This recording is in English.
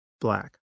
black